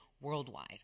worldwide